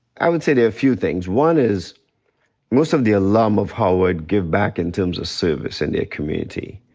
i would say there are a few things. one is most of the alum of howard give back in terms of service in their community.